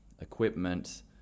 equipment